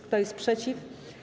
Kto jest przeciw?